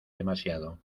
demasiado